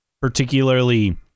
particularly